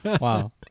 Wow